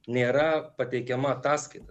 nėra pateikiama ataskaita